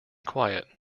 quiet